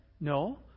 No